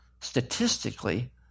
statistically